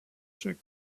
chaque